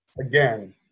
again